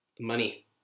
Money